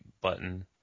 button